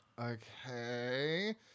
okay